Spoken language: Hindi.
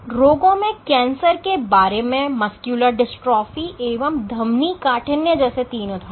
रोगों में कैंसर के बारे में मस्कुलर डिस्ट्रॉफी एवं धमनी काठिन्य जैसे तीन उदाहरण